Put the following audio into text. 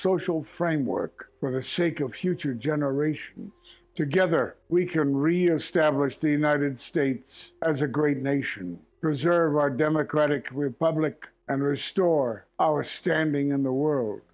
social framework for the sake of future generations together we can reestablish the united states as a great nation preserve our democratic republic and restore our standing in the world